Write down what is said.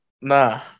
nah